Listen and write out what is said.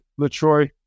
Latroy